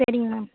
சரிங்க மேம்